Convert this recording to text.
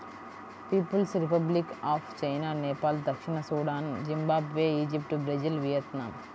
peoples Republic of China, Nepal దక్షిణ Sudan, Zimbabwe, Egypt, Brazil, Vietnam